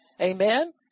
Amen